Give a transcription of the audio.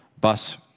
bus